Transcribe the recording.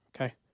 okay